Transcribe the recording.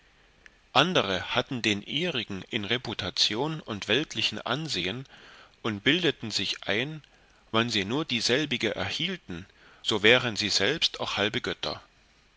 andere hatten den ihrigen in reputation und weltlichen ansehen und bildeten sich ein wann sie nur dieselbige erhielten so wären sie selbst auch halbe götter